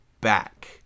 back